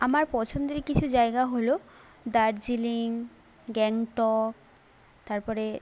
আমার পছন্দের কিছু জায়গা হলো দার্জিলিং গ্যাংটক তারপরে